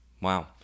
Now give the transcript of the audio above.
wow